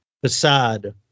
facade